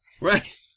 Right